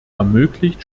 ermöglicht